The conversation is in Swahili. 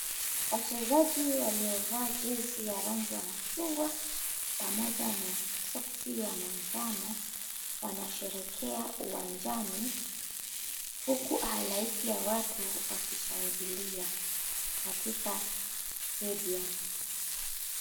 Wachezaji waliovalia jezi za rangi ya machungwa pamoja na soski ya manjano wanasherekea uwanjani huku halaiki ya watu wakishangilia katika stadium .